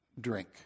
drink